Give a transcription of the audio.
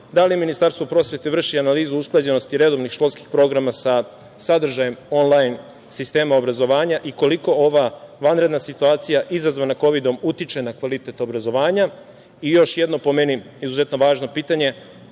da li Ministarstvo prosvete vrši analizu usklađenosti redovnih školskih programa sa sadržajem onlajn sistema obrazovanja i koliko ova vanredna situacija izazvana kovidom utiče na kvalitet obrazovanja? Još jedno, po meni, izuzetno važno pitanje